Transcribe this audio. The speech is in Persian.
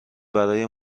برای